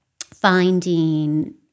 finding